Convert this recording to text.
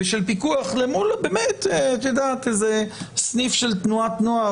ושל פיקוח למול סניף של תנועת נוער,